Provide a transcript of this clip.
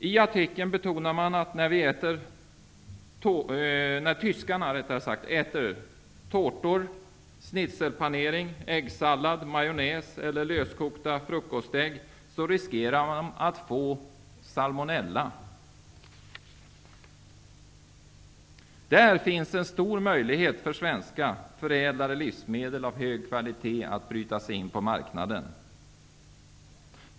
I artikeln betonas att när tyskarna äter tårtor, schnitzelpanering, äggsallad, majonäs eller löskokta frukostägg riskerar de att få salmonella. Det finns där en stor möjlighet för svenska förädlade livsmedel av hög kvalitet att bryta sig in på marknaden.